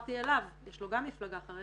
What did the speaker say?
חזרתי אליו, יש לו גם מפלגה חרדית,